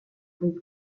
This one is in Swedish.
finns